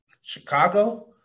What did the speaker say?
Chicago